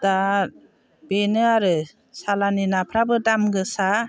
दा बेनो आरो सालाननि नाफ्राबो दाम गोसा